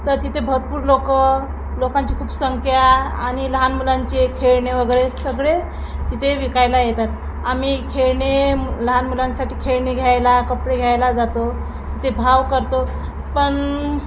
तर तिथे भरपूर लोक लोकांची खूप संख्या आणि लहान मुलांचे खेळणे वगरे सगळे तिथे विकायला येतात आम्ही खेळणे लहान मुलांसाठी खेळणे घ्यायला कपडे घ्यायला जातो तिथे भाव करतो पण